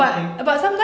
okay